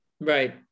Right